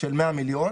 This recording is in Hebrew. של 100 מיליון,